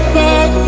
back